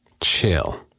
chill